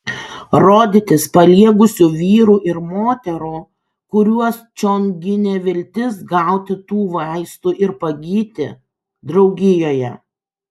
rodytis paliegusių vyrų ir moterų kuriuos čion ginė viltis gauti tų vaistų ir pagyti draugijoje